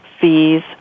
fees